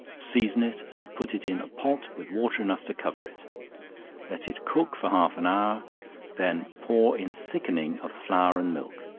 season it, and put it in a pot with water enough to cover it let it cook for half an hour then pour in thickening of flour and milk,